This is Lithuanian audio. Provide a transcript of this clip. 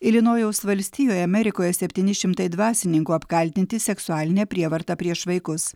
ilinojaus valstijoje amerikoje septyni šimtai dvasininkų apkaltinti seksualine prievarta prieš vaikus